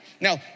Now